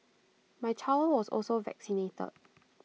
my child was also vaccinated